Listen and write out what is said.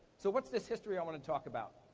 so, what's this history i wanna talk about?